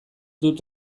dut